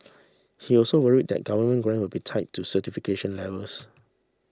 he also worried that government grant will be tied to certification levels